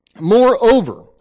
Moreover